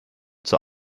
zur